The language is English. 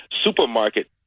supermarket